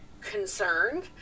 concerned